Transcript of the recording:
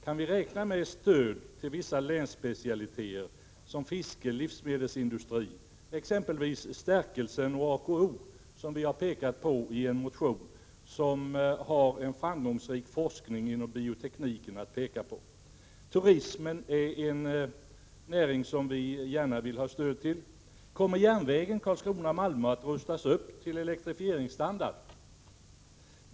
Kan vi räkna med stöd till vissa länsspecialiteter såsom fiske, livsmedelsindustri, t.ex. Stärkelsen och AKO som vi har motionerat om och som har framgångsrik forskning inom biotekniken att peka på? Turismen är en näring som vi gärna vill ha stöd till. Kommer järnvägen Karlskrona Malmö att rustas upp till elektrifieringsstandard?